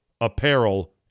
apparel